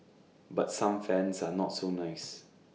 but some fans are not so nice